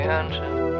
engine